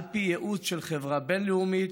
על פי ייעוץ של חברה בין-לאומית,